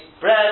bread